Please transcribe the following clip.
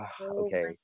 okay